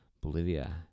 Bolivia